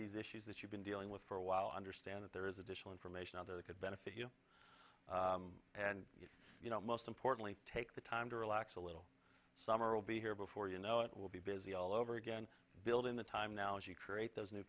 these issues that you've been dealing with for a while i understand that there is additional information out there that could benefit you and you know most importantly take the time to relax a little summer will be here before you know it will be busy all over again building the time now as you create those new